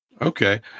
Okay